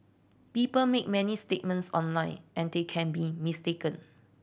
people make many statements online and they can be mistaken